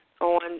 on